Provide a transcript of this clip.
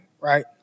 right